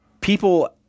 people